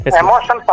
emotion